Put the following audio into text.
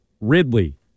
Ridley